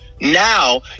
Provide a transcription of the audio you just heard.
now